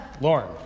Lauren